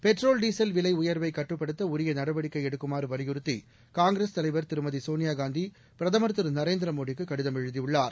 petrol diesel விலை உயர்வை கட்டுப்படுத்த உரிய நடவடிக்கை எடுக்குமாறு வலியறுத்தி காங்கிரஸ் தலைவர் திருமதி சோனியாகாந்தி பிரதமர் திரு நரேந்திரமோடிக்கு கடிதம் எழுதியுள்ளார்